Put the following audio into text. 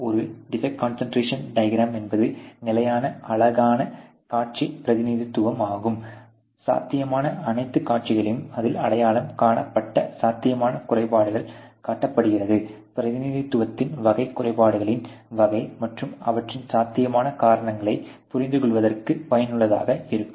ஒரு defect concentration diagram என்பது நிலையான அலகுக்கான காட்சிப் பிரதிநிதித்துவம் ஆகும் சாத்தியமான அனைத்து காட்சிகளையும் அதில் அடையாளம் காணப்பட்ட சாத்தியமான குறைபாடுகளைக் காட்டுகிறது பிரதிநிதித்துவத்தின் வகை குறைபாடுகளின் வகை மற்றும் அவற்றின் சாத்தியமான காரணங்களைப் புரிந்துகொள்வதற்கு பயனுள்ளதாக இருக்கும்